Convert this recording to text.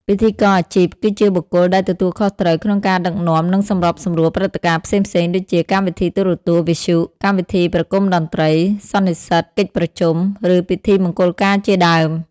ពិធីករអាជីព គឺជាបុគ្គលដែលទទួលខុសត្រូវក្នុងការដឹកនាំ និងសម្របសម្រួលព្រឹត្តិការណ៍ផ្សេងៗដូចជា កម្មវិធីទូរទស្សន៍ វិទ្យុ កម្មវិធីប្រគំតន្ត្រី សន្និសីទ កិច្ចប្រជុំ ឬពិធីមង្គលការជាដើម។